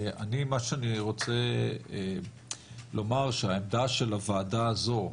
מה שאני רוצה לומר זה שהעמדה של הועדה הזו,